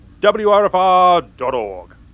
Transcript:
wrfr.org